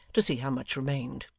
to see how much remained.